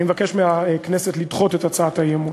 אני מבקש מהכנסת לדחות את הצעת האי-אמון.